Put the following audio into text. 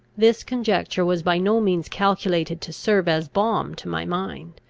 this conjecture was by no means calculated to serve as balm to my mind.